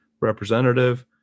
Representative